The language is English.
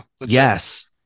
yes